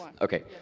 Okay